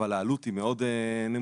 אבל העלות היא מאוד נמוכה,